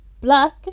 black